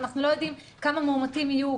אנחנו לא יודעים כמה מאומתים יהיו,